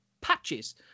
patches